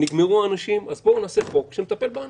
נגמרו האנשים, אז בואו נעשה חוק שמטפל באנשים.